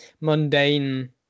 mundane